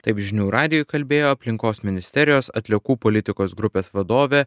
taip žinių radijui kalbėjo aplinkos ministerijos atliekų politikos grupės vadovė